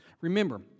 Remember